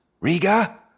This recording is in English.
Riga